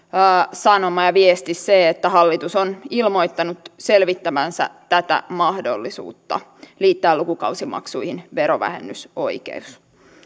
sanoma ja viesti se että hallitus on ilmoittanut selvittävänsä tätä mahdollisuutta liittää lukukausimaksuihin verovähennysoikeus